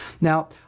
Now